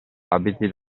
abiti